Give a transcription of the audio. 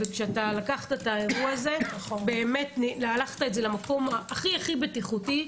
כאשר לקחת את האירוע הזה באמת לקחת אותו למקום הכי בטיחותי,